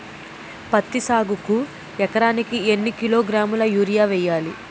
పత్తి సాగుకు ఎకరానికి ఎన్నికిలోగ్రాములా యూరియా వెయ్యాలి?